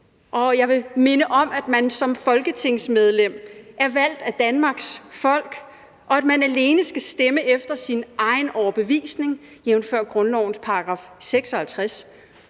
Jeg vil minde om, at man som folketingsmedlem er valgt af Danmarks folk, og at man alene skal stemme efter sin egen overbevisning jævnfør grundlovens § 56.